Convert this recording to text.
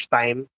time